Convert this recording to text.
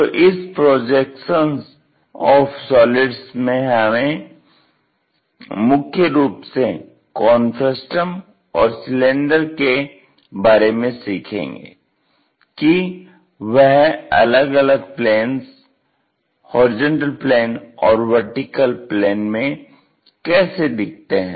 तो इस projection of solids में हम मुख्य रूप से कोन फ्रस्टम और सिलेंडर के बारे में सीखेंगे कि वह अलग अलग प्लेंस HP और VP में कैसे दिखते हैं